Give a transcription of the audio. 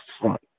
front